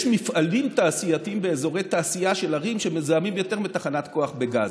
יש מפעלים תעשייתיים באזורי תעשייה של ערים שמזהמים יותר מתחנת כוח בגז.